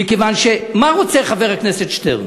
מכיוון שמה רוצה חבר הכנסת שטרן?